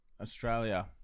Australia